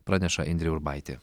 praneša indrė urbaitė